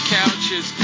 couches